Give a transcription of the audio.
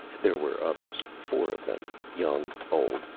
there were others, four of them, young, old,